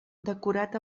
decorat